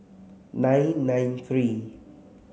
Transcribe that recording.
nine nine three